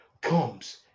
comes